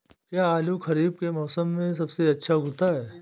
क्या आलू खरीफ के मौसम में सबसे अच्छा उगता है?